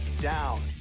down